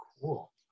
cool